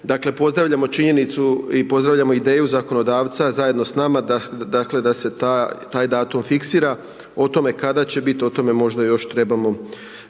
dakle, pozdravljamo činjenicu i pozdravljamo ideju zakonodavca, zajedno s nama, da se taj datum fiksira, o tome kada će biti, o tome možda još trebamo